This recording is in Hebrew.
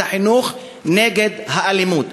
את החינוך נגד אלימות?